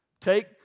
Take